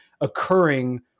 occurring